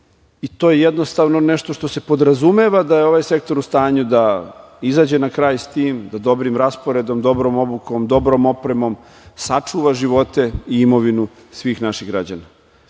To je jednostavno nešto što se podrazumeva da je ovaj Sektor u stanju da izađe na kraj sa tim, da dobrim rasporedom, dobrom obukom, dobrom opremom sačuva živote i imovinu svih naših građana.